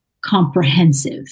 comprehensive